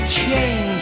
change